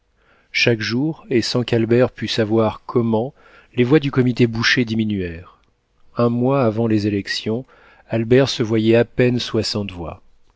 chaque jour et sans qu'albert pût savoir comment les voix du comité boucher diminuèrent un mois avant les élections albert se voyait à peine